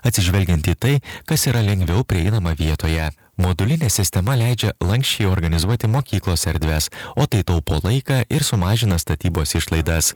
atsižvelgiant į tai kas yra lengviau prieinama vietoje modulinė sistema leidžia lanksčiai organizuoti mokyklos erdves o tai taupo laiką ir sumažina statybos išlaidas